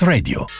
Radio